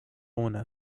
una